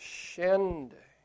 shende